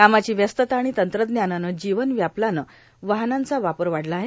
कामाची व्यस्तता आर्गाण तंत्रज्ञानानं जीवन व्यापल्यानं वाहनांचा वापर वाढला आहे